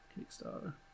Kickstarter